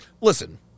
listen